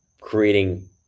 creating